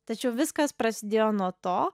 tačiau viskas prasidėjo nuo to